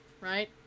right